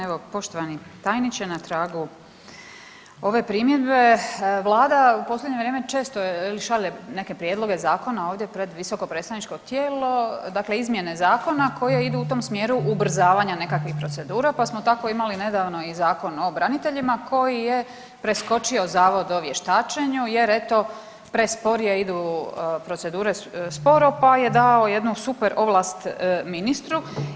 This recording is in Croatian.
Evo, poštovani tajniče, na tragu ove primjedbe, Vlada u posljednje vrijeme šalje neke prijedloge zakona ovdje pred visokopredstavničko tijelo, dakle izmjene zakone koje idu u tom smjeru ubrzavanja nekakvih procedura pa smo tako imali nedavno i Zakon o braniteljima koji je preskočio Zavod o vještačenju jer to, prespor je, idu procedure sporo pa je dao jednu superovlast ministru.